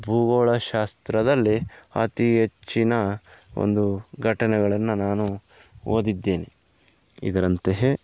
ಭೂಗೋಳ ಶಾಸ್ತ್ರದಲ್ಲಿ ಅತಿ ಹೆಚ್ಚಿನ ಒಂದು ಘಟನೆಗಳನ್ನು ನಾನು ಓದಿದ್ದೇನೆ ಇದರಂತಹ